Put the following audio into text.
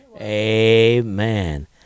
Amen